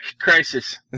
Crisis